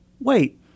Wait